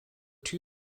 too